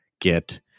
get